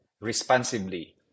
responsibly